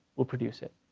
we'll produce it.